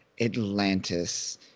Atlantis